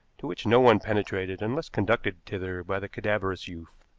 to which no one penetrated unless conducted thither by the cadaverous youth.